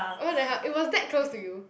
oh what the hell it was that close to you